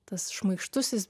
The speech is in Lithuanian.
tas šmaikštusis